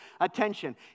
attention